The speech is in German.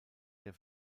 der